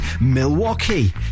Milwaukee